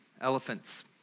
elephants